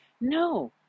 No